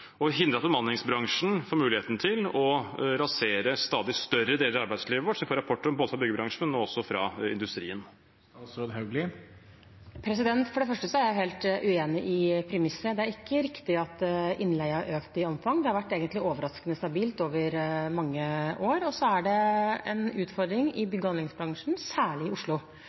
hindre at bemanningsbransjen får muligheten til å rasere stadig større deler av arbeidslivet vårt – som vi får rapporter om fra byggebransjen og nå også fra industrien? For det første er jeg helt uenig i premisset. Det er ikke riktig at innleie har økt i omfang, det har egentlig vært overraskende stabilt i mange år. Så er det særlig i Oslo en utfordring i bygge- og anleggsbransjen. Det er ikke et stort problem landet rundt, men særlig i Oslo